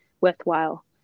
worthwhile